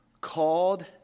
Called